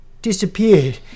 disappeared